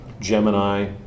Gemini